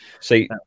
see